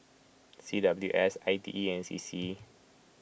C W S I T E and C C